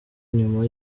nyuma